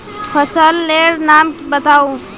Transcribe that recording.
फसल लेर नाम बाताउ?